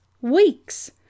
Weeks